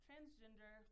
Transgender